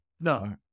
No